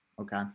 Okay